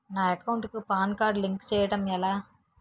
నా అకౌంట్ కు PAN card link చేయడం ఎలా?